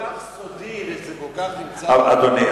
זה כל כך סודי וכל כך, אדוני,